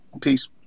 Peace